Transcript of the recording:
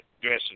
dressing